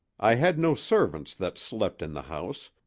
i had no servants that slept in the house,